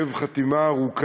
והוא מחייב גם חתימה ארוכה,